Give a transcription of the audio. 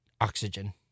Oxygen